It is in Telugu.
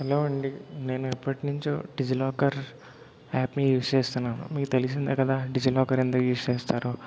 హలో అండి నేను ఎప్పటి నుంచో డిజిలాకర్ యాప్ని యూస్ చే స్తున్నాను మీకు తెలిసిందే కదా డిజిలాకర్ ఎందుకు యూస్ చేస్తారో